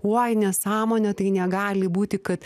uoj nesąmonė tai negali būti kad